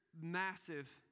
massive